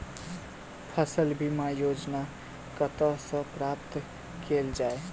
फसल बीमा योजना कतह सऽ प्राप्त कैल जाए?